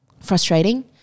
frustrating